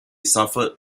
suffered